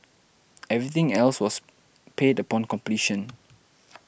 everything else was paid upon completion